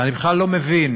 ואני בכלל לא מבין,